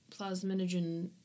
plasminogen